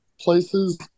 places